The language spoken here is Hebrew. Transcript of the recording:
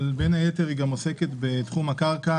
בין היתר היא גם עוסקת בתחום הקרקע,